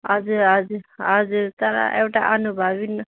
हजुर हजुर हजुर तर एउटा अनुभवी